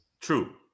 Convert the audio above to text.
true